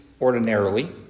ordinarily